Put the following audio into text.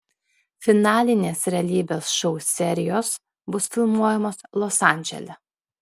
finalinės realybės šou serijos bus filmuojamos los andžele